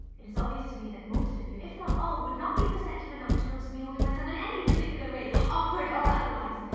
it is obvious to me that most of you, if not all, would not be perceptive enough to notice me holding myself in any particular way, awkward or otherwise.